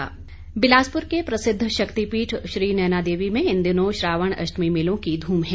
श्रावण अष्टमी बिलासपुर के प्रसिद्ध शक्तिपीठ श्री नैनादेवी में इन दिनों श्रावण अष्टमी मेलों की ध्रम है